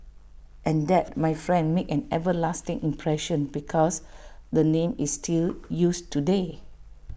and that my friend made an everlasting impression because the name is still used today